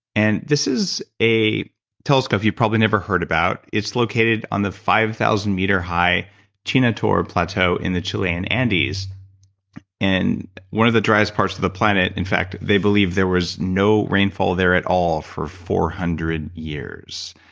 and this is a telescope you've probably never heard about. it's located on the five thousand meter high chajnantor plateau in the chile and andes in one of the driest parts of the planet. in fact, they believed there was no rainfall there at all for four hundred years.